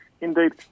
indeed